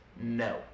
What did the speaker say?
no